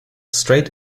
straight